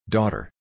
Daughter